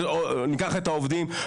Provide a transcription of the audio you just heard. ניקח את העובדים,